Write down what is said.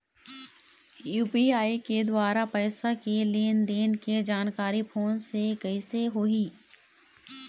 UPI के द्वारा पैसा के लेन देन के जानकारी फोन से कइसे होही?